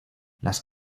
las